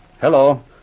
Hello